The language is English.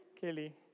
Kelly